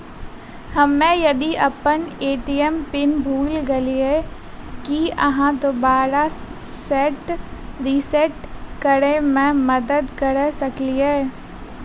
हम्मे यदि अप्पन ए.टी.एम पिन भूल गेलियै, की अहाँ दोबारा सेट रिसेट करैमे मदद करऽ सकलिये?